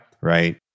right